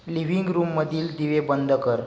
living रूममधील दिवे बंद कर